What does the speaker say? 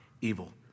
evil